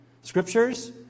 scriptures